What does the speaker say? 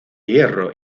hierro